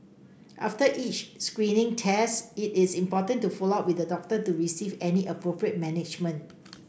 after each screening test it is important to follow up with the doctor to receive any appropriate management